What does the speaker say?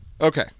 Okay